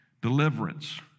deliverance